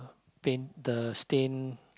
paint the stained